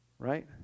Right